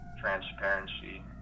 transparency